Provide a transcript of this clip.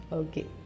okay